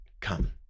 come